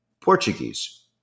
Portuguese